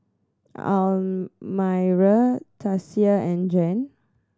Almyra Tasia and Jann